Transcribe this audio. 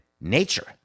nature